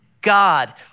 God